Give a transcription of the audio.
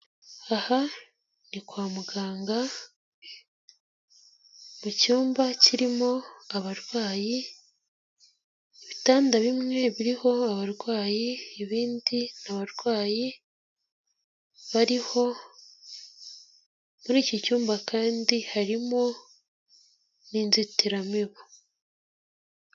Aha ni kwa muganga mu cyumba kirimo abarwayi, ibitanda bimwe biriho abarwayi ibindi nta barwayi bariho, muri iki cyumba kandi harimo n'inzitiramibu.